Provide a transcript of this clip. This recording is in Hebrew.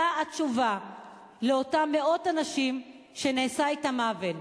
אתה התשובה לאותם מאות אנשים שנעשה אתם עוול.